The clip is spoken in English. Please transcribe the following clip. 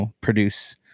produce